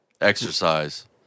exercise